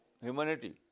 humanity